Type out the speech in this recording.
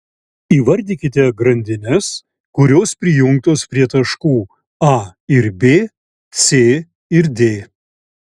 įvardykite grandines kurios prijungtos prie taškų a ir b c ir d